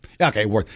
Okay